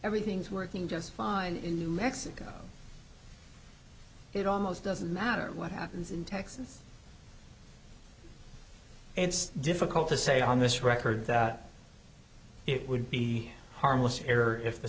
everything's working just fine in new mexico it almost doesn't matter what happens in texas it's difficult to say on this record it would be harmless error if the